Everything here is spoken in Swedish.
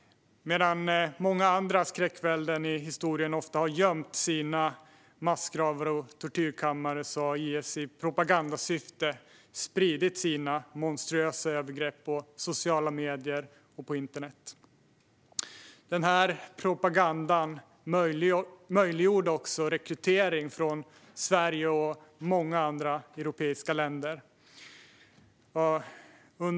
Medan många andra skräckvälden i historien ofta har gömt sina massgravar och tortyrkammare har IS i propagandasyfte spridit sina monstruösa övergrepp på sociala medier och på internet. Den propagandan möjliggjorde också rekrytering från Sverige och många andra europeiska länder.